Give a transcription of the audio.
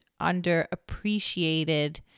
underappreciated